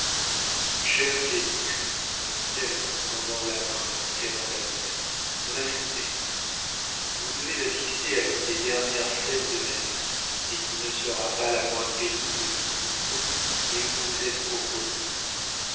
félix me dit-elle en me tendant la main et en serrant la mienne restez vous devez assister à l'une des dernières scènes de ma vie et qui ne sera pas la moins pénible de toutes mais où vous êtes pour beaucoup